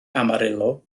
amarillo